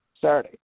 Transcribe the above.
Saturday